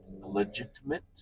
legitimate